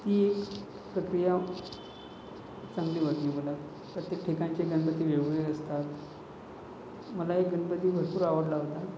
ती एक प्रक्रिया चांगली वाटली मला प्रत्येक ठिकाणचे गणपती वेगवेगळे असतात मला एक गणपती भरपूर आवडला होता